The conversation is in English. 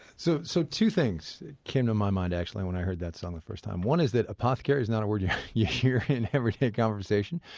so so two things came to my mind, actually, when i heard that song the first time. one is that apothecary is not a word you you hear in everyday conversation.